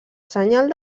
senyal